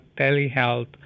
telehealth